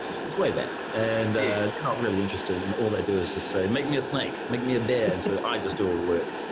since way back, and they're not really interested. and all they do is just say, make me a snake. make me a bear. so i just do all the work.